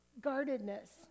guardedness